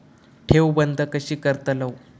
ठेव बंद कशी करतलव?